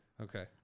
Okay